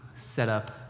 setup